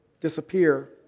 disappear